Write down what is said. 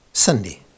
Sunday